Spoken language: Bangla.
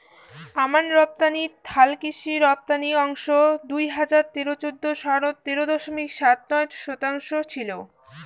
আমান রপ্তানিত হালকৃষি রপ্তানি অংশ দুই হাজার তেরো চৌদ্দ সনত তেরো দশমিক সাত নয় শতাংশ ছিল